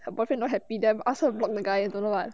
her boyfriend not happy then ask her block the guy you don't know [what]